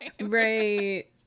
right